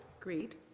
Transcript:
agreed